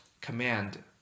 command